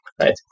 Right